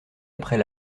après